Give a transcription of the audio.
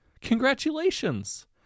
Congratulations